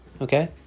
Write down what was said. okay